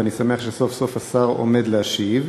ואני שמח שסוף-סוף השר עומד להשיב.